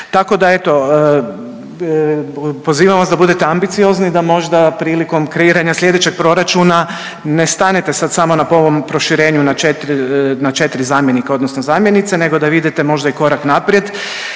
Tako da eto pozivam vas da budete ambiciozni da možda prilikom kreiranja sljedećeg proračuna ne stanete sad samo na ovom proširenju na četri zamjenika odnosno zamjenice nego da vi idete možda i korak naprijed